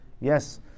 yes